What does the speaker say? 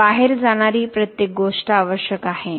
तर बाहेर जाणारी प्रत्येक गोष्ट आवश्यक आहे